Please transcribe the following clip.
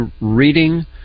reading